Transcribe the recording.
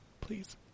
Please